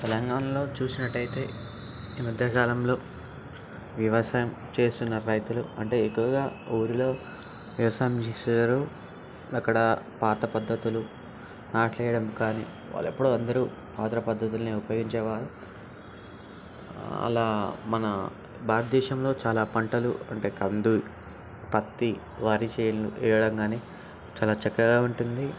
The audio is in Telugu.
తెలంగాణలో చూసినట్లయితే ఈ మధ్యకాలంలో వ్యవసాయం చేస్తున్న రైతులు అంటే ఎక్కువగా ఊరిలో వ్యవసాయం చేసేవారు అక్కడ పాత పద్ధతులు ఆటలు వేయడం కానీ వాళ్ళు ఎప్పుడూ అందరూ పాత పద్ధతులనే ఉపయోగించేవారు అలా మన భారతదేశంలో చాలా పంటలు ఉంటాయి అంటే కంది పత్తి వరి చేనులు వేయడం కానీ చాలా చక్కగా ఉంటుంది